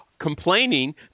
complaining